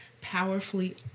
powerfully